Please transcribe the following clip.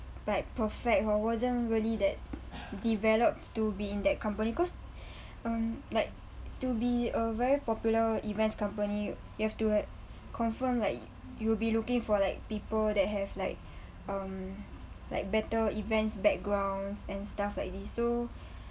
like perfect wa~ wasn't really that developed to be in that company cause um like to be a very popular events company you have to like confirm like you'll be looking for like people that has like um like better events backgrounds and stuff like this so